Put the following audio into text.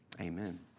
Amen